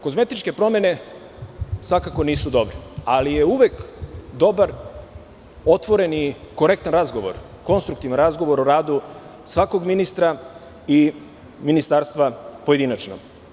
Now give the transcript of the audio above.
Kozmetičke promene svakako nisu dobre, ali je uvek dobar otvoren i korektan razgovor, konstruktivan razgovor o radu svakog ministra i ministarstva pojedinačno.